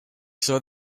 saw